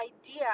idea